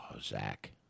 Zach